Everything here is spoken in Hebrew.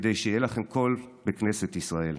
כדי שיהיה לכם קול בכנסת ישראל.